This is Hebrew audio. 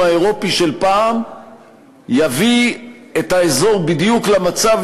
האירופי של פעם יביא את האזור בדיוק למצב,